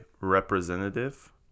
representative